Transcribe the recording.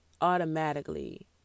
automatically